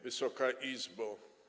Wysoka Izbo!